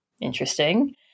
interesting